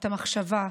את המחשבה,